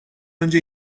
önce